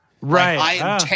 Right